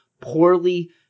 poorly